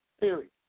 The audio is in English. Period